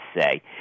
say